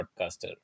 podcaster